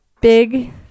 big